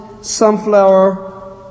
sunflower